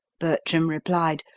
bertram replied,